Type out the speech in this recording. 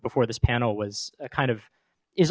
before this panel was kind of is